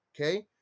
Okay